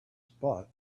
spot